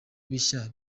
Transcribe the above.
bishya